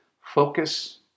Focus